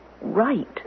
Right